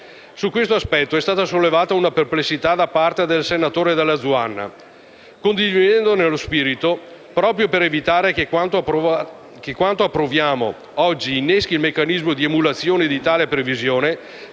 su cui è stato sollecitata una perplessità da parte del senatore Dalla Zuanna. Condividendone lo spirito, e proprio per evitare che quanto approviamo oggi inneschi un meccanismo di emulazione di tale previsione,